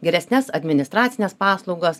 geresnes administracines paslaugas